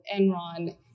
Enron